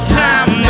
time